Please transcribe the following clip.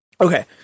Okay